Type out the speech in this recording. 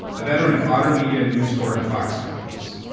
a veteran of otter media, newscorps, and fox networks.